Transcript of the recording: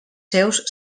seus